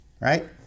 Right